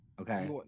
okay